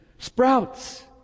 Sprouts